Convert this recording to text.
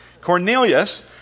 Cornelius